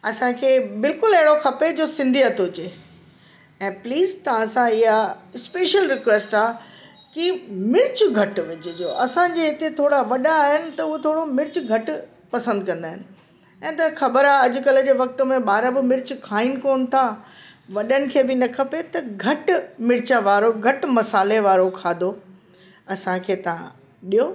असांखे बिल्कुलु अहिड़ो खपे जो सिंधीयत हुजे ऐं प्लीज तव्हां सां ईअं स्पेशल रिक्वेस्ट आहे की मिर्च घटि विझिजो असांजे हिते थोरा वॾा आहिनि त उओ थोरो मिर्च घटि पसंदि कंदा आहिनि ऐं तव्हांखे ख़बर आहे अॼुकल्ह जे वक़्तु में ॿार बि मिर्च खाइनि कोन्ह था वॾनि खे बि न खपे त घटि मिर्च वारो घटि मसाले वारो खाधो असांखे तव्हां ॾियो